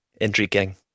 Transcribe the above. Intriguing